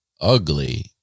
ugly